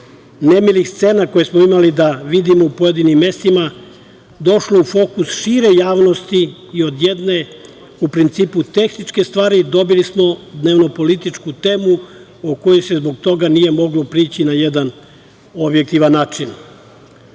nemilih scena koje smo mogli da vidimo u pojedinim mestima, došlo u fokus šire javnosti i od jedne, u principu tehničke stvari, dobili smo dnevnopolitičku temu kojoj se zbog toga nije moglo prići na jedan objektivan način.